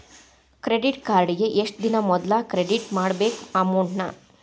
credit ಕಾರ್ಡಿಗಿ ಎಷ್ಟ ದಿನಾ ಮೊದ್ಲ ಕ್ರೆಡಿಟ್ ಮಾಡ್ಬೇಕ್ ಅಮೌಂಟ್ನ